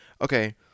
Okay